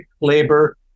labor